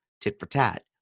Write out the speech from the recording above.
tit-for-tat